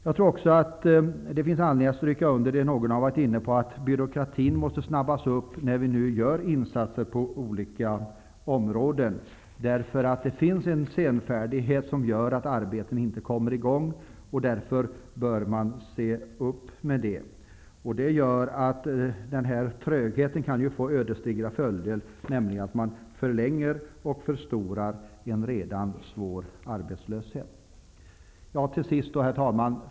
Jag tror också att det finns anledning att stryka under det någon har varit inne på, nämligen att byråkratin måste snabbas upp när vi nu gör insatser på olika områden. Det finns en senfärdighet som gör att arbeten inte kommer i gång. Därför bör man se upp med det. Denna tröghet kan få ödesdigra följder, nämligen att man förlänger och förstorar en redan svår arbetslöshet. Herr talman!